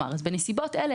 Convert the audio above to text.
בנסיבות אלה,